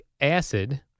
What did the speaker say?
acid